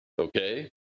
okay